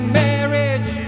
marriage